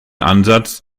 ansatz